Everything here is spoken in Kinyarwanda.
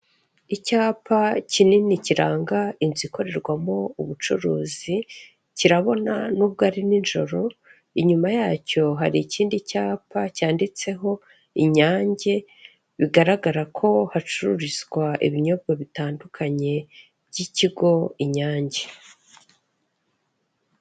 Icyapa kinini kiranga inzu ikorerwamo ubucuruzi, kirabona nubwo ari nijoro, inyuma yacyo hari ikindi cyapa cyanditseho Inyange, bigaragara ko hacururizwa ibinyobwa bitandukanye by'ikigo Inyange.